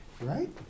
Right